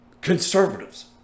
conservatives